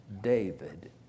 David